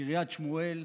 קריית שמואל,